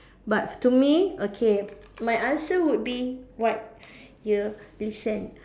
but to me okay my answer would be what you listen